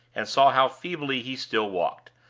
and saw how feebly he still walked,